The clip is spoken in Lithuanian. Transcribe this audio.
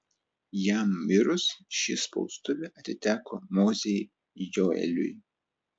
jam mirus ši spaustuvė atiteko mozei joeliui